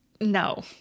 no